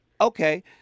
okay